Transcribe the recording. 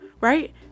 right